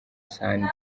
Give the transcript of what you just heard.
sunday